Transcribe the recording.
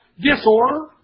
Disorder